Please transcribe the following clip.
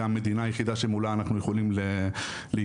המדינה היחידה שמולה אנחנו יכולים להתנהל.